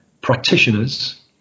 practitioners